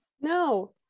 No